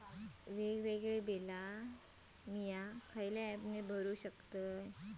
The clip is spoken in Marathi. वेगवेगळी बिला आम्ही खयल्या ऍपने भरू शकताव?